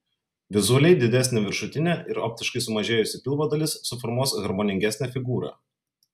vizualiai didesnė viršutinė ir optiškai sumažėjusi pilvo dalis suformuos harmoningesnę figūrą